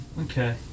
okay